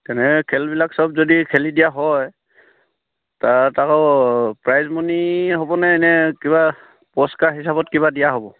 তেনে খেলবিলাক সব যদি খেলি দিয়া হয় তাত আকৌ প্ৰাইজ মনি হ'বনে নে কিবা পুৰস্কাৰ হিচাপত কিবা দিয়া হ'ব